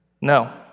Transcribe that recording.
No